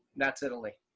that's italy.